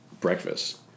breakfast